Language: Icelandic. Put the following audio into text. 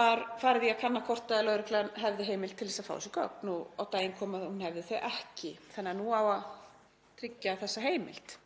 var farið í að kanna hvort lögreglan hefði heimild til að fá þessi gögn og á daginn kom að hún hefði hana ekki þannig að nú á að tryggja þessa heimild.